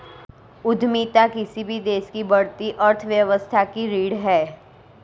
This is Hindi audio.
उद्यमिता किसी भी देश की बढ़ती अर्थव्यवस्था की रीढ़ है